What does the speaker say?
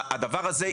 הדבר הזה,